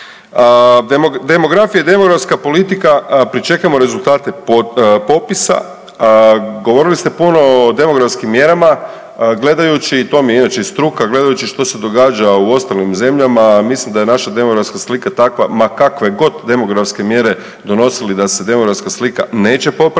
Demografija i demografska politika, pričekajmo rezultate popisa. Govorili ste puno o demografskim mjerama, gledajući to mi je inače i struka, gledajući što se događa u ostalim zemljama mislim da je naša demografska slika takva ma kakve god demografske mjere donosili da se demografska slika neće popraviti